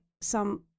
some-